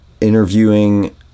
interviewing